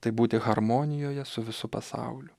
tai būti harmonijoje su visu pasauliu